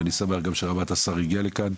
אני שמח גם שרמ"ט השר הגיע לכאן,